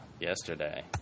Yesterday